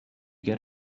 get